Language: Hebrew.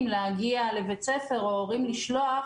להגיע לבית הספר או חשש של הורים לשלוח